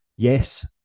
Yes